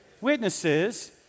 Witnesses